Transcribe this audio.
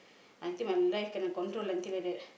until my life kena control until like that